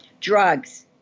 drugs